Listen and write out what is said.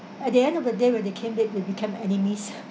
at the end of the day when they came back they became enemies